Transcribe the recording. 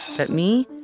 but me,